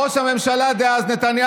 מה זה אומר על זה?